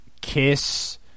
kiss